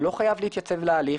הוא לא חייב להתייצב להליך.